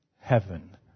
heaven